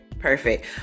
perfect